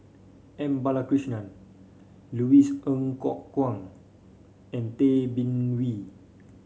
M Balakrishnan Louis Ng Kok Kwang and Tay Bin Wee